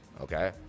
okay